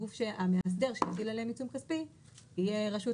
המאסדר שהטיל עליהם עיצום כספי יהיה רשות